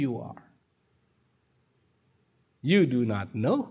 you are you do not know